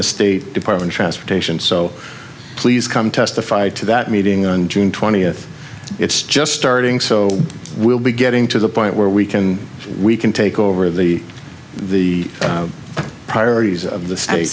the state department transportation so please come testify to that meeting on june twentieth it's just starting so we'll be getting to the point where we can we can take over the the priorities of the